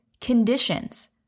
conditions